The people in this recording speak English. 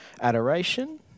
Adoration